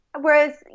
whereas